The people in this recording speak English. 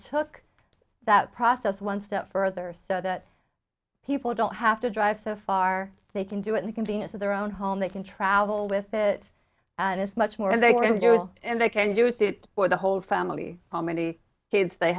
took that process one step further so that people don't have to drive so far they can do it in the convenience of their own home they can travel with it and it's much more and they can do is and they can use it for the whole family already has they